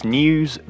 news